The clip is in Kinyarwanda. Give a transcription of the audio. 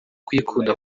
kuyikunda